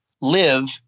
live